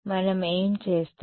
విద్యార్థి ఇది కేంద్రం తేడా